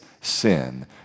sin